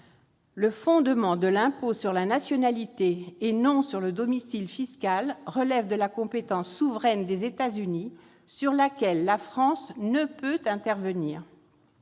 Le fondement de l'impôt sur la nationalité et non sur le domicile fiscal relève de la compétence souveraine des États-Unis, sur laquelle la France ne peut intervenir